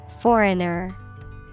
Foreigner